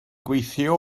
gweithio